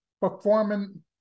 Performing